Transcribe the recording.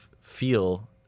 feel